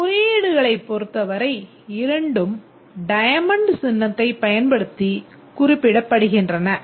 குறியீடுகளைப் பொறுத்தவரை இரண்டும் டயமண்ட் குறிப்பிடப்படுகிறது